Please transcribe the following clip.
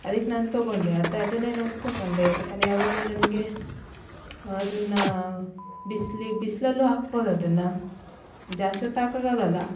ಅದಕ್ಕೆ ನಾನು ತೊಗೊಂಡೆ ಅರ್ಧ ಅದನ್ನೇ ನೋಡಿ ತೊಗೊಂಡೆ ಯಾಕೆಂದರೆ ಯಾವಾಗಲೂ ನನಗೆ ಅದನ್ನು ಬಿಸ್ಲು ಬಿಸಿಲಲ್ಲೂ ಹಾಕ್ಬಹುದು ಅದನ್ನು ಜಾಸ್ತಿ ಹೊತ್ತು ಹಾಕೋಕೆ ಆಗೋಲ್ಲ